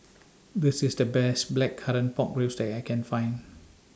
This IS The Best Blackcurrant Pork Ribs that I Can Find